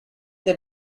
they